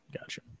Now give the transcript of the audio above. Gotcha